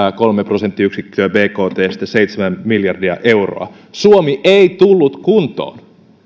kolme prosenttiyksikköä bktstä seitsemän miljardia euroa suomi ei tullut kuntoon